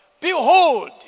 Behold